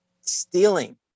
stealing